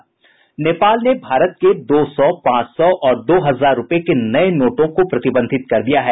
नेपाल ने भारत के दो सौ पांच सौ और दो हजार के नये नोटों को प्रतिबंधित कर दिया है